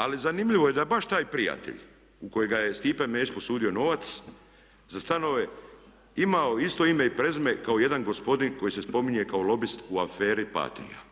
Ali zanimljivo je da baš taj prijatelj u kojega je Stipe Mesić posudio novac za stanove imao isto ime i prezime kao jedan gospodin koji se spominje kao lobist u aferi "Patrija".